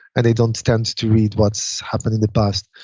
and they don't tend to read what's happened in the past.